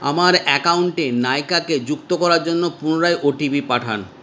আমার অ্যাকাউন্টে নাইকাকে যুক্ত করার জন্য পুনরায় ওটিপি পাঠান